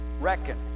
reckon